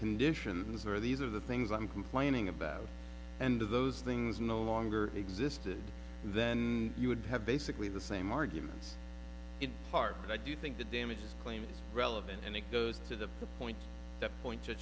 conditions or these are the things i'm complaining about and those things no longer exist then you would have basically the same argument in part but i do think the damages claim is relevant and it goes to the point the point